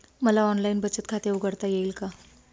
मला ऑनलाइन बचत खाते उघडता येईल का?